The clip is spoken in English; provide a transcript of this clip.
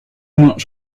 much